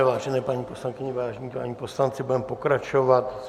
Vážené paní poslankyně, vážení páni poslanci, budeme pokračovat.